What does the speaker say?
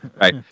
right